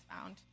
found